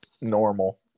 normal